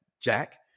Jack